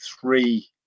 three